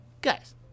Guys